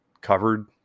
covered